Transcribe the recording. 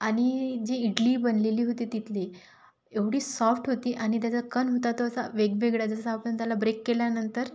आणि जे इडली बनलेली होती तिथली एवढी सॉफ्ट होती आणि त्याचा कण होता तो असा वेगवेगळा जसं आपण त्याला ब्रेक केल्यानंतर